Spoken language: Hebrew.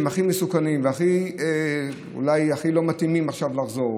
שהם הכי מסוכנים ואולי הכי לא מתאימים עכשיו לחזור,